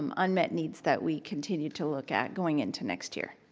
um unmet needs that we continue to look at going into next year.